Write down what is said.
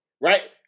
Right